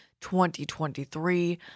2023